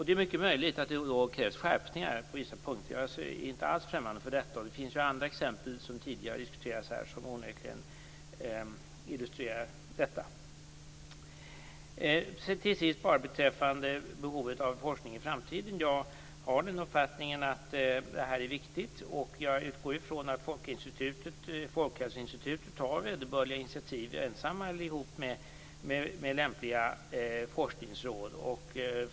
Det är mycket möjligt att det då krävs skärpningar på vissa punkter. Jag är inte alls främmande för detta. Det finns andra exempel som tidigare har diskuterats här som onekligen illustrerar det. Till sist till behovet om forskning i framtiden. Jag har den uppfattningen att det är viktigt. Jag utgår från att Folkhälsoinstitutet tar vederbörliga initiativ ensamma eller ihop med lämpliga forskningsråd.